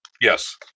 Yes